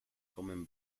comen